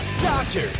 Doctor